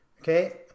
Okay